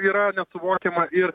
yra nesuvokiama ir